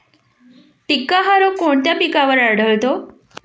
टिक्का हा रोग कोणत्या पिकावर आढळतो?